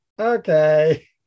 Okay